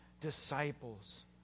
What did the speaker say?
disciples